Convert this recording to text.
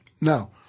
Now